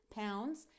pounds